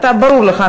ברור לך,